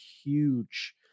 huge